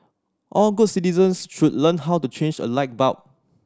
all good citizens should learn how to change a light bulb